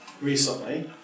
recently